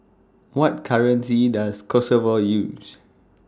What currency Does Kosovo use